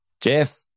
Jeff